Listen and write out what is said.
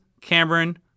Cameron